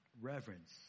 reverence